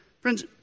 Friends